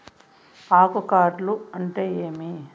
ఆకు కార్ల్ అంటే ఏమి?